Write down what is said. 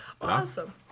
Awesome